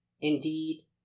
indeed